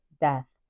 death